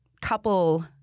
couple